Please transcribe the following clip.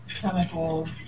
chemical